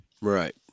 right